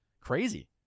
crazy